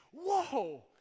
Whoa